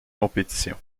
compétition